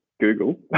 Google